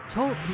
Talk